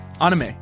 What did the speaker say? Anime